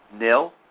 nil